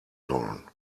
sollen